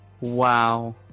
wow